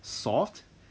soft